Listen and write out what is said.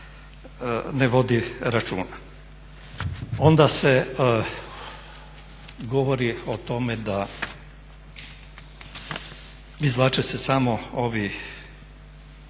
ne vodi računa. Onda se govori o tome da, izvlače se samo ove